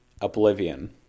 oblivion